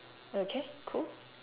okay cool